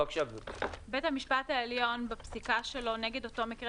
בית המשפט העליון בפסיקה שלו נגד אותו מקרה